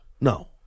No